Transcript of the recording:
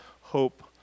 hope